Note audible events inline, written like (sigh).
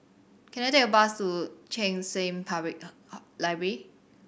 can I take a bus to Cheng San Public (unintelligible) Library